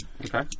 Okay